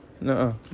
No